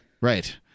Right